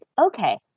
okay